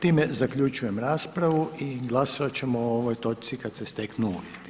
Time zaključujem raspravu i glasovat ćemo o ovoj točci kad se steknu uvjeti.